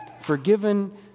forgiven